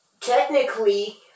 technically